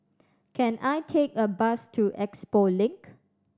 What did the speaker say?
can I take a bus to Expo Link